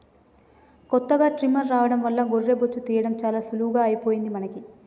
కొత్తగా ట్రిమ్మర్ రావడం వల్ల గొర్రె బొచ్చు తీయడం చాలా సులువుగా అయిపోయింది మనకి